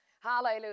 Hallelujah